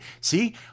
see